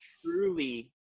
truly